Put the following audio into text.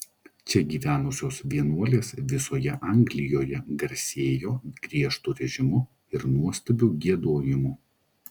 čia gyvenusios vienuolės visoje anglijoje garsėjo griežtu režimu ir nuostabiu giedojimu